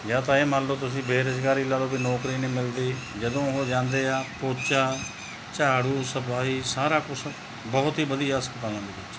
ਜਾਂ ਤਾਂ ਇਹ ਮੰਨ ਲਓ ਤੁਸੀਂ ਬੇਰੁਜ਼ਗਾਰੀ ਲਾ ਲਓ ਵੀ ਨੌਕਰੀ ਨਹੀਂ ਮਿਲਦੀ ਜਦੋਂ ਉਹ ਜਾਂਦੇ ਆ ਪੋਚਾ ਝਾੜੂ ਸਫਾਈ ਸਾਰਾ ਕੁਛ ਬਹੁਤ ਹੀ ਵਧੀਆ ਹਸਪਤਾਲਾਂ ਦੇ ਵਿੱਚ